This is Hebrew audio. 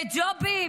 בג'ובים,